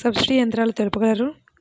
Subsidy యంత్రాలు తెలుపగలరు?